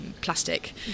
plastic